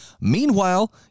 Meanwhile